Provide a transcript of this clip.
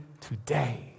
today